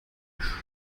tisch